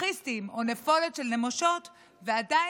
"אנרכיסטים" או "נפולת של נמושות" ועדיין,